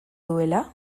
duela